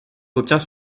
obtient